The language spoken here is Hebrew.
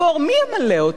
מי ימלא אותו?